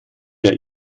der